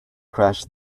crashed